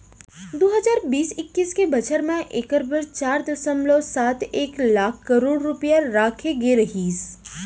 दू हजार बीस इक्कीस के बछर म एकर बर चार दसमलव सात एक लाख करोड़ रूपया राखे गे रहिस